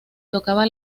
tocaba